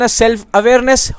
self-awareness